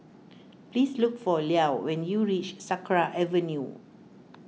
please look for Llo when you reach Sakra Avenue